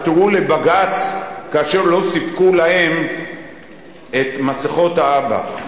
עתרו לבג"ץ כאשר לא סיפקו להם את מסכות האב"כ,